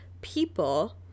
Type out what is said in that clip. people